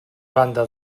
banda